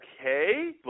okay